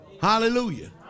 Hallelujah